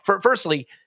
Firstly